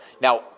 Now